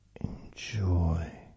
enjoy